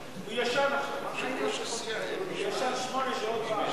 הלאומי (תיקון מס' 131) (מענק לימודים),